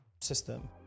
system